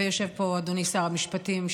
ויושב פה אדוני שר המשפטים,